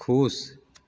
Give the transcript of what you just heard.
खुश